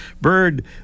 bird